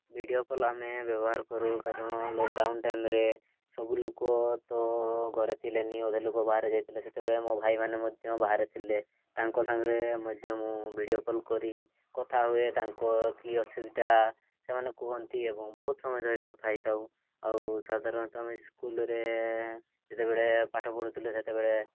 video call ଆମେ ବ୍ୟବହାର କରୁ କାରଣ ଲକ୍ଡ଼ାଉନ୍ ଟାଇମ୍ରେ ସବୁ ଲୋକ ତ ଘରେ ଥିଲେନି ଓ ବାହାରେ ଯାଇଥିଲେ ସେତେବେଳେ ମୋ ଭାଇମାନେ ମଧ୍ୟ ବାହାରେ ଥିଲେ ତାଙ୍କ ସାଙ୍ଗରେ ମଧ୍ୟ ମୁଁ ଭିଡ଼ିଓ କଲ୍ କରି କଥା ହୁଏ ତାଙ୍କ କି ଅସୁବିଧା ସେମାନେ କୁହନ୍ତି ଏବଂ ବହୁତ ସମୟ ଧରି କଥା ହୋଇଥାଉ ଆଉ ସାଧାରଣତଃ ଆମେ ସ୍କୁଲ୍ରେ ଯେତେବେଳେ ପାଠ ପଢ଼ୁଥିଲେ ସେତେବେଳେ